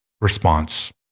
response